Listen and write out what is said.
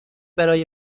برای